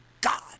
God